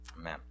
Amen